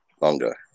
longer